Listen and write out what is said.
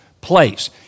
place